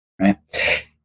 Right